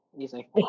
easy